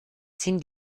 sinn